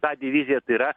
tą diviziją tai yra